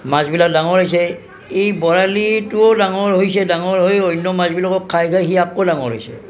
মাছবিলাক ডাঙৰ হৈছে এই বৰালিটোও ডাঙৰ হৈছে ডাঙৰ হৈ অন্য মাছবিলাকক খাই খাই সি আকৌ ডাঙৰ হৈছে